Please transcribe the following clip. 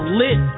lit